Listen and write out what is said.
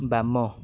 ବାମ